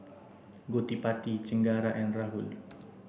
Gottipati Chengara and Rahul